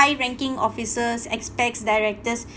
high ranking officers expats directors